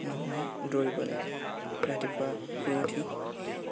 মানুহে দৌৰিব লাগে ৰাতিপুৱা শুই উঠি